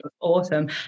Awesome